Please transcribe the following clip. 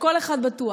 כשכל אחד בטוח